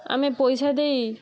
ଆମେ ପଇସା ଦେଇ